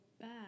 bad